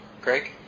Greg